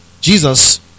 Jesus